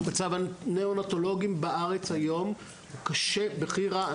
מצב הניאונטולוגים בארץ היום קשה, בכי רע.